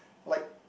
like